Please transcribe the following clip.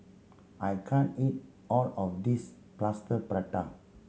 I can't eat all of this Plaster Prata